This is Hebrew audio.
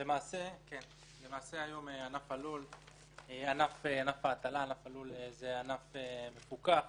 היום למעשה ענף ההטלה, ענף הלול, זה ענף מפוקח.